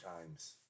times